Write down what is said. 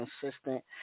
consistent